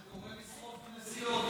שקורא לשרוף כנסיות,